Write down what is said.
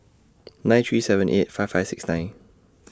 nine three seven eight five five six nine